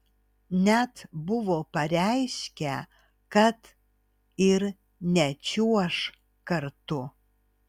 net buvo pareiškę kad ir nečiuoš kartu